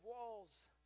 walls